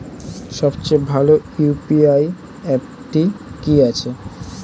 সবচেয়ে ভালো ইউ.পি.আই অ্যাপটি কি আছে?